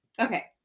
okay